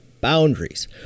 boundaries